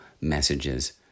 messages